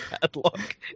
padlock